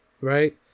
right